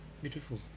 beautiful